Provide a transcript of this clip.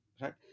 right